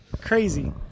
crazy